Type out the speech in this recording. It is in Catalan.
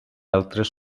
altres